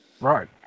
Right